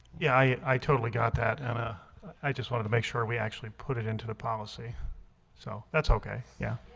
yeah, i totally got that and ah i just wanted to make sure we actually put it into the policy so that's okay, yeah